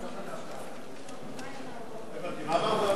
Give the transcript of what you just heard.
לא הבנתי, מה אתה רוצה,